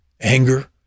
anger